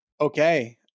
okay